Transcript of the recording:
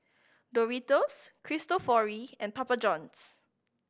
Doritos Cristofori and Papa Johns